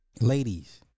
ladies